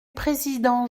président